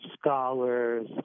scholars